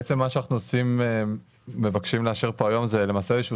בעצם מה שאנחנו מבקשים לאשר פה היום זה למעשה איזשהו